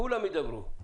כולם ידברו.